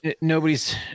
nobody's